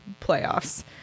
playoffs